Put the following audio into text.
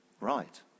Right